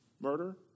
murder